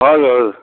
हजुर